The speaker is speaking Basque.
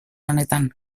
honetan